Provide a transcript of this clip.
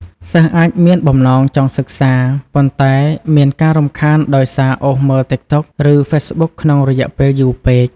សិស្សអាចមានបំណងចង់សិក្សា ប៉ុន្តែមានការរំខានដោយសារអូសមើល Tiktok ឬ facebook ក្នុងរយៈពេលយូរពេក។